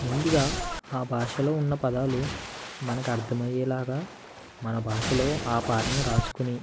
ముందుగా ఆ భాషలో ఉన్న పదాలు మనకు అర్థమయ్యే లాగా మన భాషలో ఆ పాటను వ్రాసుకొని